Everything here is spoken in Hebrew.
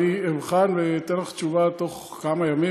אבחן ואתן לך תשובה בתוך כמה ימים,